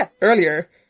earlier